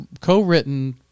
co-written